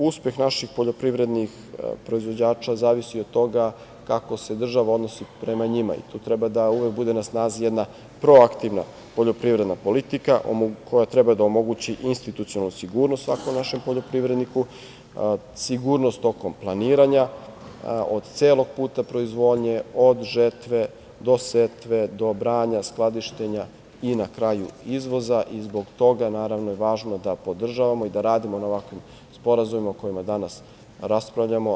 Uspeh naših poljoprivrednih proizvođača zavisi od toga kako se država odnosi prema njima i tu treba da uvek bude na snazi jedna proaktivna poljoprivredna politika koja treba da omogući institucionalnu sigurnost svakom našem poljoprivredniku, sigurnost tokom planiranja od celog puta proizvodnje, od žetve do setve, do branja, do skladištenja i na kraju izvoza i zbog toga naravno je važno da podržavao i da radimo na ovakvim sporazumima o kojima danas raspravljamo.